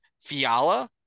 Fiala